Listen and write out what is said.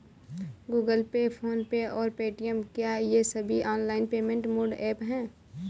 Google Pay PhonePe और Paytm क्या ये सभी ऑनलाइन पेमेंट मोड ऐप हैं?